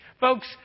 Folks